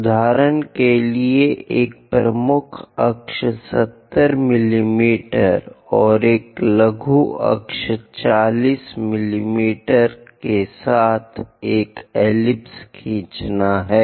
उदाहरण के लिए एक प्रमुख अक्ष 70 मिमी और एक लघु अक्ष 40 मिमी के साथ एक एलिप्स खींचना हैं